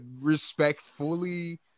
respectfully